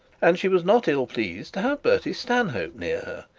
and she was not ill-pleased to have bertie stanhope near her.